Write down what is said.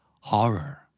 Horror